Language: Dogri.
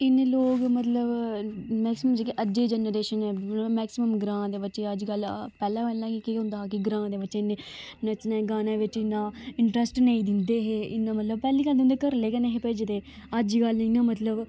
इन्ने लोग मतलब मैक्सिमम जेह्के अज्जै दी जनरेश्न ऐ मतलब मैक्सिमम ग्रांऽ दे बच्चे अजकल्ल पैह्लें पैह्लें केह् होंदा कि ग्रांऽ दे बच्चे इन्ने नच्चने गाने बिच्च इन्ना इन्टरैस्ट नेईं दिंदे हे इन्ना मतलब पैह्ली गल्ल ते उं'दे घरै आह्ले नेहे भेजदे अजकल्ल इ'यां मतलब